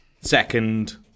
Second